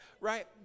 Right